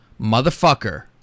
motherfucker